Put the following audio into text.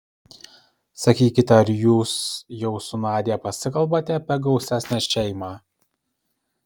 sakykit ar jūs jau su nadia pasikalbate apie gausesnę šeimą